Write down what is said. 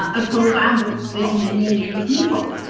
um a program but with many, many people.